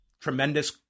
tremendous